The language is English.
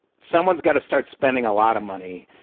someone's got to start spending a lot of money.